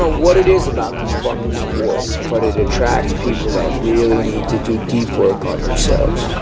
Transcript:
ah what it is about this fucking sport, but it attracts people that really needs to do deep work on themselves.